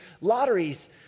Lotteries